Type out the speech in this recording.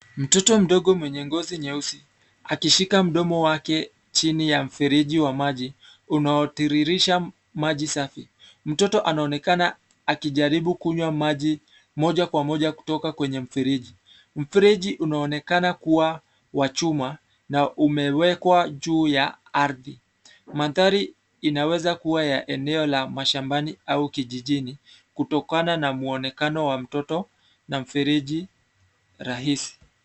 Mtoto mdogo mwenye ngozi nyeusi akishika mdomo wake chini ya mfereji wa maji unaotiririsha maji safi. Mtoto anaonekana akijaribu kunywa maji moja kwa moja kutoka kwenye mfereji. Mfereji unaonekana kuwa wa chuma na umewekwa juu ya ardhi. Mandhari inaweza kuwa ya eneo la mashamabani au kijijini kutokana na muonekano wa mtoto na mfereji rahisi.